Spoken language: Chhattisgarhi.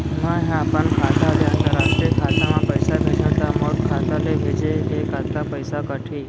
मै ह अपन खाता ले, अंतरराष्ट्रीय खाता मा पइसा भेजहु त मोर खाता ले, भेजे के कतका पइसा कटही?